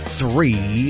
three